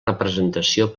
representació